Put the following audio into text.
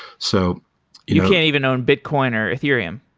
so you can't even own bitcoin or ethereum?